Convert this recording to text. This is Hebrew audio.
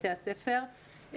בבתי הספר.